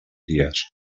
dies